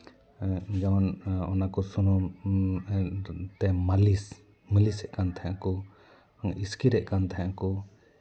ᱡᱮᱢᱚᱱ ᱚᱱᱟ ᱠᱚ ᱥᱩᱱᱩᱢ ᱛᱮ ᱢᱟᱹᱞᱤᱥ ᱢᱟᱹᱞᱤᱥᱮᱜ ᱠᱟᱱ ᱛᱟᱦᱮᱸ ᱠᱚ ᱤᱥᱠᱤᱨᱮᱜ ᱠᱟᱱ ᱛᱟᱦᱮᱸᱜ ᱠᱚ